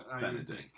Benedict